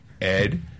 Ed